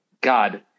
God